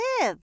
live